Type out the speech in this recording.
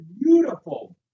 beautiful